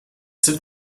sind